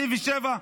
2027,